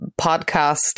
podcast